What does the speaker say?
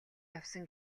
явсан